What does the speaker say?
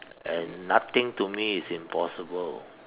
and nothing to me is impossible